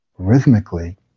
rhythmically